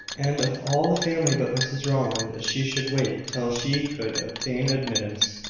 and of all the family but mrs rowland, she should wait till she could obtain admittance.